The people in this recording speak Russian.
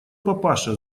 папаша